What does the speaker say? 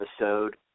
episode